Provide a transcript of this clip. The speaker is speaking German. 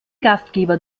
gastgeber